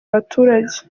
abaturage